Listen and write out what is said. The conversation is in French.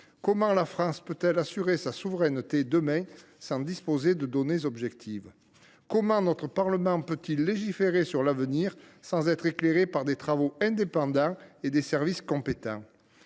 Comment la France peut elle demain assurer sa souveraineté sans disposer de données objectives ? Comment le Parlement peut il légiférer sur l’avenir sans être éclairé par des travaux indépendants et des services compétents ?